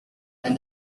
and